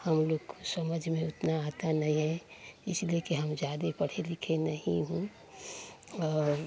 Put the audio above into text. हम लोग को समझ में उतना आता नहीं है इसलिए कि हम ज़्यादा पढे़ लिखे नहीं हूँ और